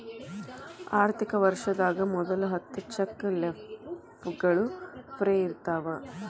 ಆರ್ಥಿಕ ವರ್ಷದಾಗ ಮೊದಲ ಹತ್ತ ಚೆಕ್ ಲೇಫ್ಗಳು ಫ್ರೇ ಇರ್ತಾವ